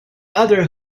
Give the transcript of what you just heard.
other